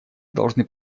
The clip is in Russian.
должны